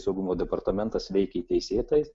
saugumo departamentas veikė teisėtais